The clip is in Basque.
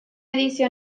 edizio